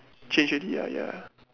change already ah ya